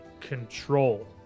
control